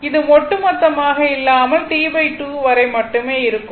இது ஒட்டுமொத்தமாக இல்லாமல் T2 வரை மட்டுமே இருக்கும்